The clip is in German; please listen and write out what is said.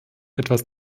etwas